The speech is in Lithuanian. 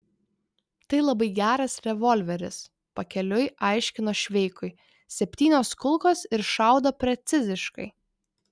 tai labai geras revolveris pakeliui aiškino šveikui septynios kulkos ir šaudo preciziškai